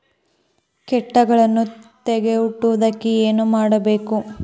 ಕೇಟಗಳನ್ನು ತಡೆಗಟ್ಟುವುದಕ್ಕೆ ಏನು ಮಾಡಬೇಕು?